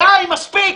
מספיק.